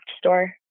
store